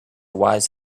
wise